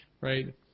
right